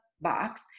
box